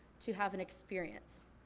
to have an experience.